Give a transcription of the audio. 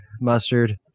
mustard